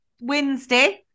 Wednesday